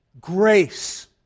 grace